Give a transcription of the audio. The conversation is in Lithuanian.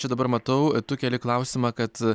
čia dabar matau tu keli klausimą kad